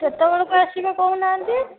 କେତେବେଳକୁ ଆସିବେ କହୁନାହାନ୍ତି